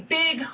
big